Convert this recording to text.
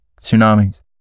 tsunamis